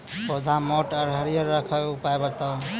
पौधा मोट आर हरियर रखबाक उपाय बताऊ?